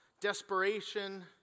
desperation